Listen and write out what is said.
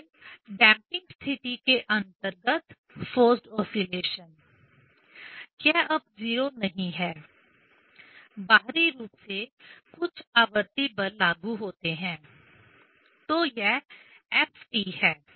फिर डैंपिंग स्थिति के अंतर्गत फोर्सड ऑस्लेशन यह अब 0 नहीं है बाहरी रूप से कुछ आवर्ती बल लागू होते हैं तो यह f है